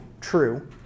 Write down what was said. true